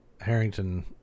Harrington